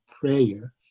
prayer